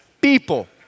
people